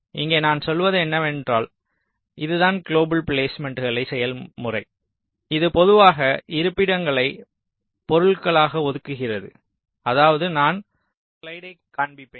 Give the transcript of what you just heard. இங்கே நான் சொல்வது என்னவென்றால் இது தான் குளோபல் பிலேஸ்மேன்ட்களின் செயல்முறை இது பொதுவாக இருப்பிடங்களை பொருள்களாக ஒதுக்குகிறது அதாவது நான் ஒரு ஸ்லைடைக் காண்பிப்பேன்